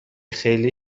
خیلی